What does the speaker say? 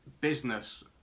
business